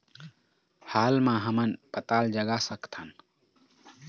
हाल मा हमन पताल जगा सकतहन?